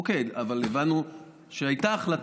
אוקיי, אבל הבנו שהייתה החלטה.